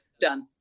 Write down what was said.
done